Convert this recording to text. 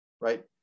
right